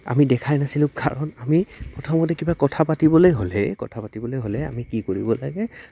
আমি দেখাই নাছিলোঁ কাৰণ আমি প্ৰথমতে কিবা কথা পাতিবলৈ হ'লেই কথা পাতিবলৈ হ'লে আমি কি কৰিব লাগে